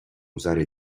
usare